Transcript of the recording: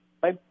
Bye